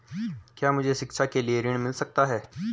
क्या मुझे शिक्षा के लिए ऋण मिल सकता है?